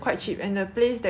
very near to